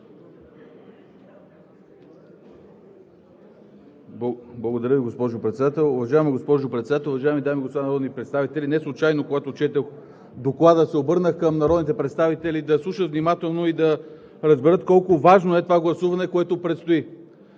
Благодаря Ви, госпожо Председател. Уважаема госпожо Председател, уважаеми дами и господа народни представители! Неслучайно, когато четох Доклада, се обърнах към народните представители да слушат внимателно и да разберат колко важно е това гласуване, което предстои.